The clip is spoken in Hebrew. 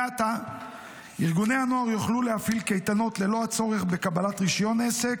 מעתה ארגוני הנוער יוכלו להפעיל קייטנות ללא הצורך בקבלת רישיון עסק,